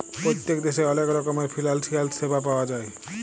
পত্তেক দ্যাশে অলেক রকমের ফিলালসিয়াল স্যাবা পাউয়া যায়